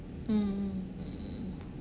mm